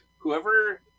whoever